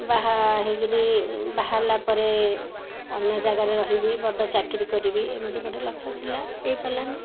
ବାହା ହେଇକିରି ବାହାହେଲା ପରେ ଅନ୍ୟ ଜାଗାରେ ରହିବି ବଡ଼ ଚାକିରୀ କରିବି ଏମିତି ଗୋଟେ ଲକ୍ଷ୍ୟ ଥିଲା ହେଇପାରିଲାନି